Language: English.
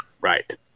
Right